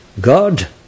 God